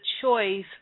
choice